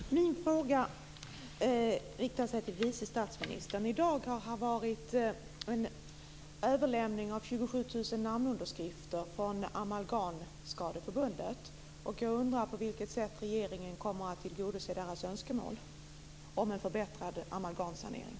Fru talman! Min fråga riktar sig till vice statsministern. I dag har 27 000 namnunderskrifter från Amalgamskadeförbundet överlämnats. Jag undrar på vilket sätt regeringen kommer att tillgodose deras önskemål om en förbättrad amalgamsanering.